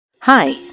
Hi